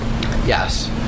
Yes